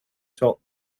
top